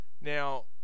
Now